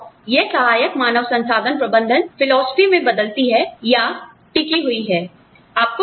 और यह सहायक मानव संसाधन प्रबंधन दर्शन में बदलती है पर टिकी हुई है